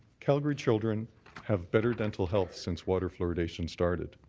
calgary children have better dental health since water fluoridation started.